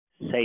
Say